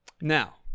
Now